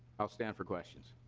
stand for questions.